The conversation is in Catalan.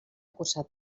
cursat